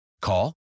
Call